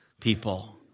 people